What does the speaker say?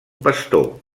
pastor